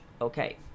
okay